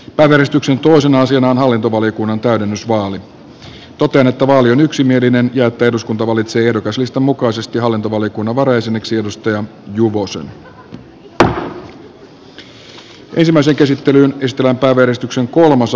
päivystyksen tuulisena asiana on hallintovaliokunnan täydennysvaali totean että vaali on yksimielinen ja että eduskunta valitsee ehdokaslistan mukaisesti hallintovaliokunnan varajäseneksi arja juvosen